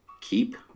keep